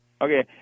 Okay